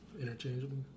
Interchangeable